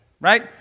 Right